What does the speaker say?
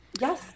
yes